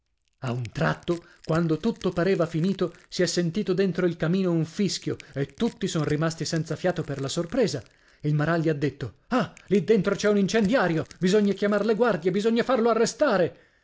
a un tratto quando tutto pareva finito si è sentito dentro il camino un fischio e tutti son rimasti senza fiato per la sorpresa il maralli ha detto h i dentro c'è un incendiario bisogna chiamar le guardie bisogna farlo arrestare